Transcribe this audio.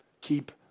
keep